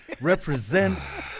represents